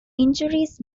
injuries